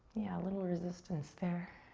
yeah, a little resistance there.